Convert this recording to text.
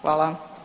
Hvala.